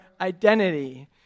identity